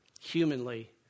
Humanly